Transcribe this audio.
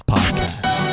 Podcast